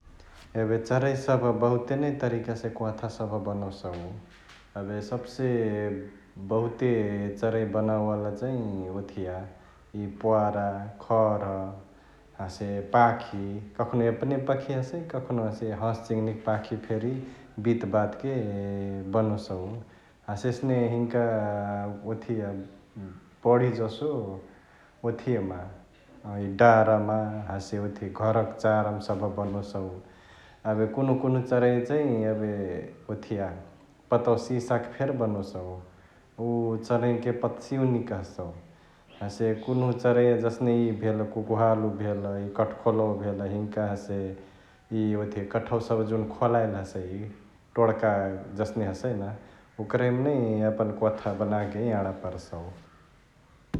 एबे चराइ सभ बहुते नै तरिका से कोंवाथा सभ बनोसौ । एबे सबसे बहुते चराइ बनावेवाला चै ओथिया इ पोवारा, खह्र हसे पांखी कखोनो एपने पखियासे कखोनो हसे हंस, चिंङनी क पांखी फेरी बितबात के बनोसउ । हसे एसने हिन्का ओथिया बढी जसो ओथियामा इ डारमा हसे ओथिया घरक चाआरमा बनोसौ ।एबे कुन्हुकुन्हु चराइया चैंरी एबे ओथिया पतवा सिसाके फेरी बनोसौ ,उ चराइया के चैं पत्सिउनी कहसउ । हसे कुन्हु चारइया जसने इअ भेल कुकुहालु भेल्, काठखोलवा भेल हिन्का हसे इ ओथिया काठवा सभ जुन खोलईली हसई, तोड्का जसने हसै न ओकरहिमा नै यापन कोंवाथा बनाके याँणा पारसउ ।